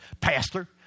Pastor